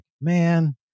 man